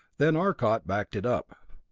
then arcot backed it up.